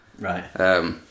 Right